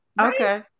Okay